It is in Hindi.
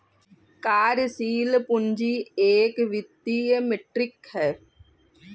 कार्यशील पूंजी एक वित्तीय मीट्रिक है